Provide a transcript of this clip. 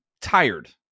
tired